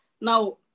Now